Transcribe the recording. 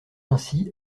ainsi